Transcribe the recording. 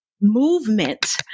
movement